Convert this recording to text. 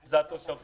זה ברור